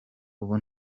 ubu